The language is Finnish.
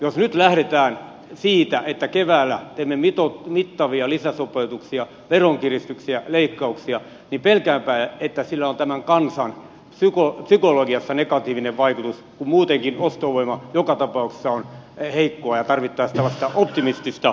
jos nyt lähdetään siitä että keväällä teemme mittavia lisäsopeutuksia veronkiristyksiä leikkauksia niin pelkäänpä että sillä on tähän kansaan psykologisesti negatiivinen vaikutus kun muutenkin ostovoima joka tapauksessa on heikkoa ja tarvittaisiin tällaista optimistista eteenpäin suuntautumista